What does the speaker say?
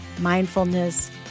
mindfulness